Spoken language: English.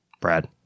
Brad